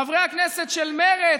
חברי הכנסת של מרצ,